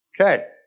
Okay